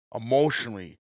emotionally